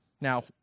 Now